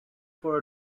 for